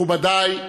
מכובדי,